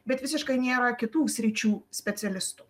bet visiškai nėra kitų sričių specialistų